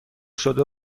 شده